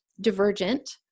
divergent